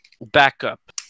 backup